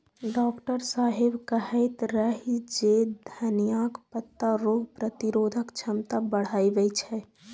doctor साहेब कहैत रहै जे धनियाक पत्ता रोग प्रतिरोधक क्षमता बढ़बै छै